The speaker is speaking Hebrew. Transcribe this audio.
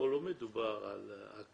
פה לא מדובר על הקלה.